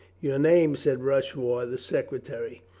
your name, said rushworth, the secretary.